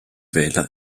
wähler